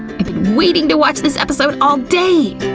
i've been waiting to watch this episode all day!